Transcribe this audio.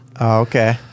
okay